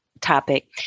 topic